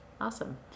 Awesome